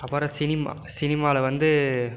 அப்புறம் சினிமா சினிமாவில் வந்து